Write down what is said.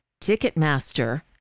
Ticketmaster